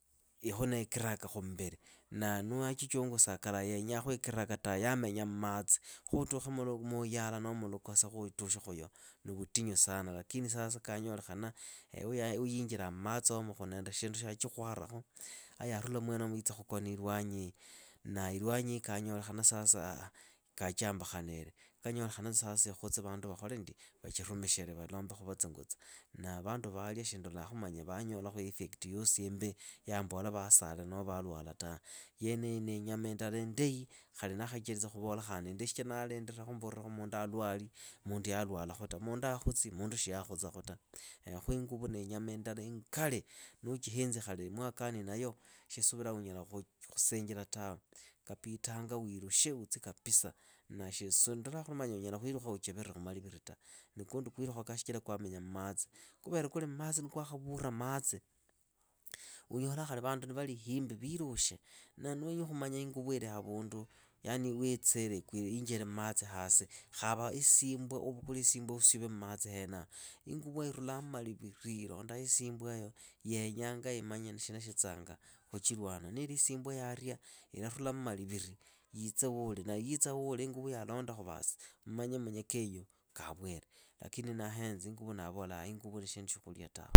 Ikhu nii krak khumbili. Na nuwachichungusa kalaha yenyakhu ikrak tawe yamenya mmatsi. Khutukhe muluyala noo khulukose khuutukhe khuyo ni vutinyu san lakini sasa kanyolekhana. wayiinjila mmatsiomo khuli na shindu shachikhwarakhu. ayaarula mwenomo yitsa khumenya ilwaniiyi, na ilwanyiyi kanyolekhana sasa kaachiambakhanire, kanyolekhana sasa ikhutse vandu valombe khuva tsingutsa. Na vandu valya shi ndolakhu vanyolakhu ifekt yosi imbi yambola vasalila noho valwala ta, yeniyi ni inyama indala indahi. khali ndakhachelitsa khuvola khandi indahi shichira ndalindakhu mburekhu mundu alwali. mundu yalwalakhu ta, munduakhutsi. mundu yakhutsakhu ta. Khwi inguvu niinyama indala ingali. Khali niwakani nayo unyala khusinjira tawe, kapitanga wilukhe utsi kapisa. Na shindola khuli unyala khuilukha uchivire maliviri ta. ni kundu khwilikhakaa shichira kwamenya mmatsi. Kuvere kuli mmatsi khwakhavura matsi unyola khali vandu ni vari himbi vilukhe. Na ni wenyi khumanya inguvu ili havundu yani yiinjile mmatsi hasi, khava isimbwa usyuve mmatsi awenayo, inguvu irulamu maliviri ilonda isimbwaeyo. yeenyanga imanye shina shitsanga khuchilwa. Niili isimbwa yaarya, ilarulamu maliviri yiitse wuuli na yiitsa wuli iinguvu yalondakhu vas. mmanye munye kenyu kawere. Lakini ndahenza inguvu ndala ni shindu shya khulya tawe.